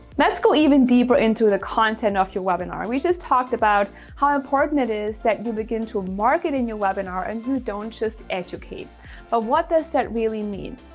let's go even deeper into the content of your webinar. we just talked about how important it is that you begin to market in your webinar and you don't just educate of what does that really mean?